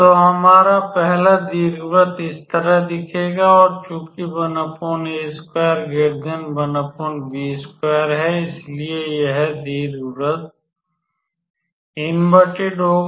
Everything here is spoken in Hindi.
तो हमारा पहला दीर्घवृत्त इस तरह दिखेगा और चूंकि है इसलिए यह दीर्घवृत्त इनवेर्टेड होगा